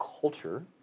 culture